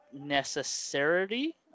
necessity